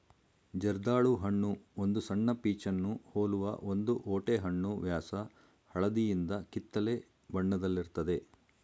ಜರ್ದಾಳು ಹಣ್ಣು ಒಂದು ಸಣ್ಣ ಪೀಚನ್ನು ಹೋಲುವ ಒಂದು ಓಟೆಹಣ್ಣು ವ್ಯಾಸ ಹಳದಿಯಿಂದ ಕಿತ್ತಳೆ ಬಣ್ಣದಲ್ಲಿರ್ತದೆ